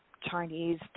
Chinese